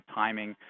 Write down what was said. timing